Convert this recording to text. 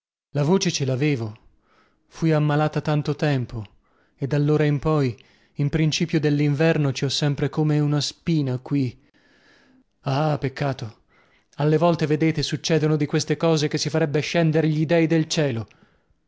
la voce ce lavevo fui ammalata tanto tempo e dallora in poi in principio dellinverno ci ho sempre come una spina qui ah ah peccato alle volte vedete succedono di queste cose che si farebbe scendere dio